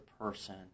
person